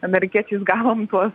amerikiečiais gavom tuos